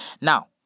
Now